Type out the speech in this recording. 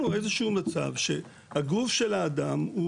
כשהבנו שהחיים של בראל הולכים לקראת